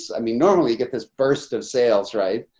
i mean, normally get this burst of sales, right?